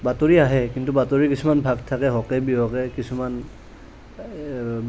ত্বাতৰি আহে কিন্তু বাতৰিৰ কিছুমান ভাগ থাকে হকে বিহকে কিছুমান